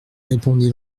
répondit